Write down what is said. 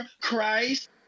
Christ